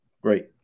Great